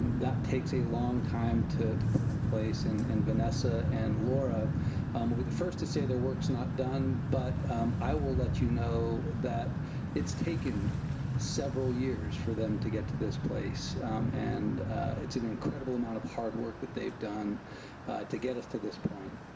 that takes a long time to to put in place and and vanessa and laura will be the first to say their work's not done but i will let you know that it's taken several years for them to get to this place and it's an incredible amount of hard work that they've done to get us to this point.